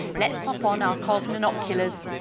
let's pop on our cosminoculars.